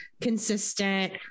consistent